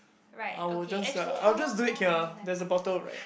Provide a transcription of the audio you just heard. I will just uh I will just do it here there's a bottle right